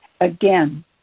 again